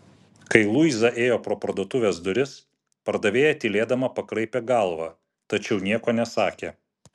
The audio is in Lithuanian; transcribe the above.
kai luiza ėjo pro parduotuvės duris pardavėja tylėdama pakraipė galvą tačiau nieko nesakė